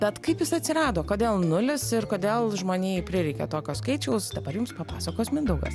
bet kaip jis atsirado kodėl nulis ir kodėl žmonijai prireikė tokio skaičiaus dabar jums papasakos mindaugas